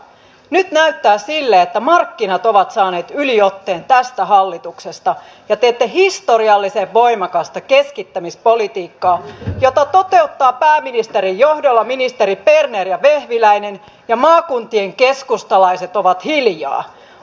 nyt näyttää siltä että markkinat ovat saaneet yliotteen tästä hallituksesta ja teette historiallisen voimakasta keskittämispolitiikkaa jota toteuttavat pääministerin johdolla ministerit berner ja vehviläinen ja maakuntien keskustalaiset ovat hiljaa